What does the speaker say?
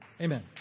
Amen